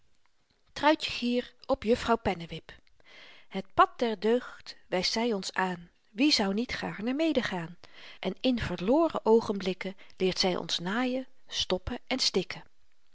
truitje gier op juffrouw pennewip het pad der deugd wyst zy ons aan wie zou niet gaarne medegaan en in verloren oogenblikken leert zy ons naaien stoppen en stikken